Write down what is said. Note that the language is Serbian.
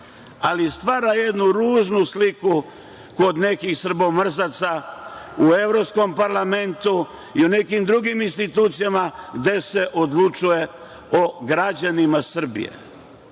ali stvara jednu ružnu sliku kod nekih srbomrzaca u Evropskom parlamentu i u nekim drugim institucijama gde se odlučuje o građanima Srbije.